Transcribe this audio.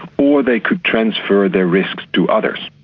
or they could transfer their risk to others.